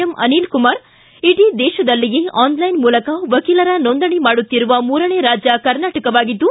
M Anil Kumar ಇಡಿ ದೇಶದಲ್ಲಿಯೆ online ಮೂಲಕ ವಕೀಲರ ನೋಂದಣಿ ಮಾಡುತ್ತಿರುವ ಮೂರನೇ ರಾಜ್ಯ ಕರ್ನಾಟಕವಾಗಿದ್ದು